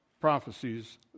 prophecies